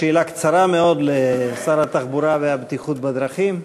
שאלה קצרה מאוד לשר התחבורה והבטיחות בדרכים.